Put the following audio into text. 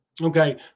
Okay